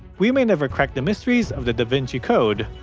we may never crack the mysteries of the da vinci code,